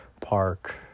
park